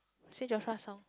is it Joshua Song